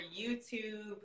YouTube